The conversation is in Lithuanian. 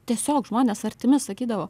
tiesiog žmonės artimi sakydavo